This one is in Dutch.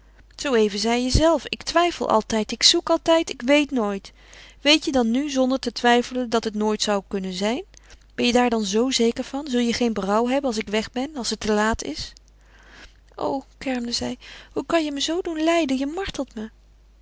zoo even zei je zelf ik twijfel altijd ik zoek altijd ik weet nooit weet je dan nu zonder te twijfelen dat het nooit zou kunnen zijn ben je daar dan zoo zeker van zal je geen berouw hebben als ik weg ben als het te laat is o kermde zij hoe kan je me zoo doen lijden je martelt me